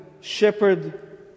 shepherd